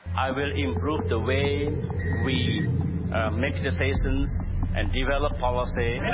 i will improve the way we make decisions and develop policy.